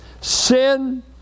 Sin